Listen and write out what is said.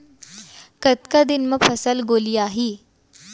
कतका दिन म फसल गोलियाही?